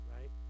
Right